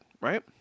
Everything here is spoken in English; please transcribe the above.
right